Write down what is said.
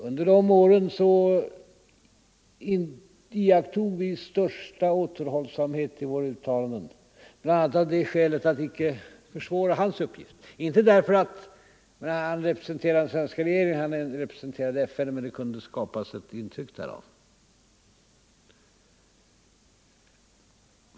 Under de åren iakttog vi största återhållsamhet i våra uttalanden, bl.a. av det skälet att vi icke ville försvåra hans uppgift. Det var inte därför att han representerade svenska regeringen — han representerade FN - men det kunde skapas ett intryck därav.